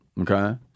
okay